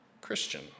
Christian